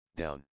down